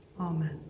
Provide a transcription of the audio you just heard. Amen